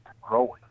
growing